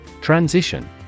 Transition